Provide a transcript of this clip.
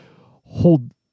hold